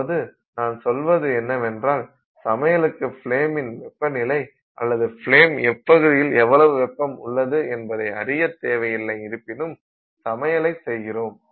அதாவது நான் சொல்வது என்னவென்றால் சமையலுக்கு ஃப்லேமின் வெப்பநிலை அல்லது ஃப்லேம் எப்பகுதியில் எவ்வளவு வெப்பம் உள்ளது என்பதை அறிய தேவை இல்லை இருப்பினும் சமையலை செய்கின்றோம்